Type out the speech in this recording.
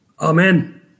Amen